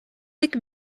tik